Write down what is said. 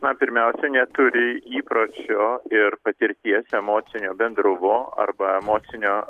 na pirmiausia neturi įpročio ir patirties emocinio bendrumo arba emocinio